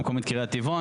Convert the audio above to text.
סוגיה ראויה להסדרה.